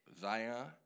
Zion